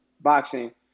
boxing